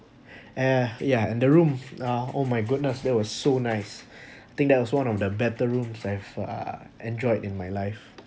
eh yeah and the room uh oh my goodness that was so nice think that was one of the better rooms I have uh enjoyed in my life